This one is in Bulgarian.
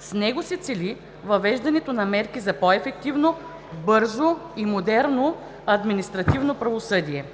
С него се цели въвеждането на мерки за по-ефективно, бързо и модерно административно правосъдие.